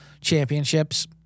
championships